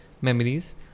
memories